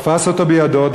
תפס אותו בידו,